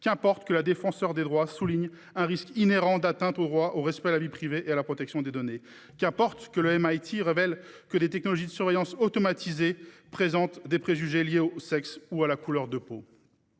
Qu'importe que la Défenseure des droits souligne un « risque inhérent d'atteinte au droit au respect de la vie privée et à la protection des données ». Qu'importe que le (MIT) révèle que les technologies de surveillance automatisées présentent des préjugés liés au sexe et à la couleur de peau.